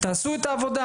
תעשו את הבדיקה